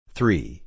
Three